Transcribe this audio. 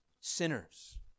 sinners